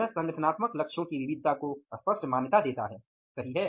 यह संगठनात्मक लक्ष्यों की विविधता को स्पष्ट मान्यता देता है सही है